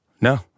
No